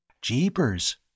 Jeepers